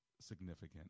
significant